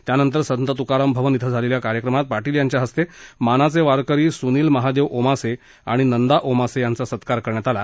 त्यानंतर संत तुकाराम भवन िं झालेल्या कार्यक्रमात पाटील यांच्या हस्ते मानाचे वारकरी सुनील महादेव ओमासे आणि नंदा ओमासे यांचा सत्कार करण्यात आला